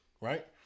right